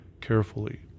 carefully